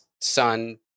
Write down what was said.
son